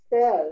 Says